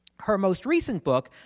her most recent book,